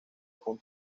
con